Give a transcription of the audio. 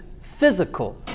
physical